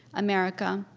america,